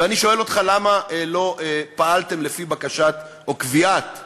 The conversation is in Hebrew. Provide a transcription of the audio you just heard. ואני שואל אותך: למה לא פעלתם לפי בקשת או קביעת בג"ץ?